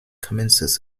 commences